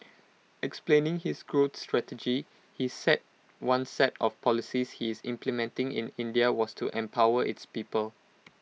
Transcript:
explaining his growth strategy he said one set of policies he is implementing in India was to empower its people